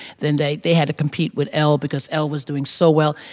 then they had to compete with elle because elle was doing so well.